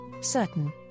certain